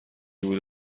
بوده